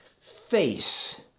Face